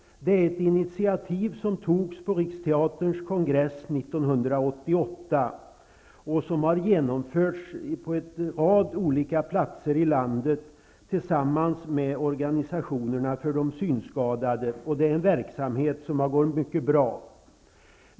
Det är ett initiativ som togs på Riksteaterns kongress 1988. Det har genomförts på en rad olika platser i landet tillsammans med organisationerna för de synskadade. Det är en verksamhet som har gått mycket bra.